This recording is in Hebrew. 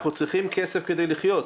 אנחנו צריכים כסף כדי לחיות,